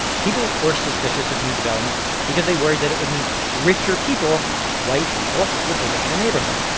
people were suspicious of new development because they worried that it would mean richer people white people would take over the neighborhood.